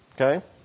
Okay